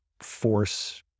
force